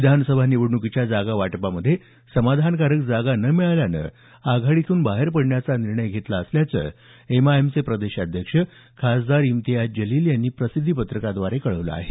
विधानसभा निवडणुकीच्या जागा वाटपामध्ये समाधानकारक जागा न मिळाल्यामुळे आघाडीतून बाहेर पडण्याचा निर्णय घेण्यात आला असल्याचं एमआयएमचे प्रदेशाध्यक्ष खासदार इम्तियाज जलील यांनी प्रसिद्धी पत्रकाद्वारे कळवलं आहे